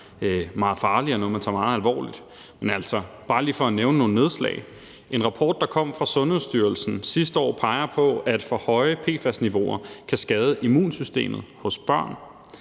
meget farligt og noget, man tager meget alvorligt. Men altså, bare lige for at nævne nogle nedslag vil jeg sige, at en rapport, der kom fra Sundhedsstyrelsen sidste år, peger på, at for høje PFAS-niveauer kan skade immunsystemet hos børn,